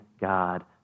God